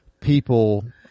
people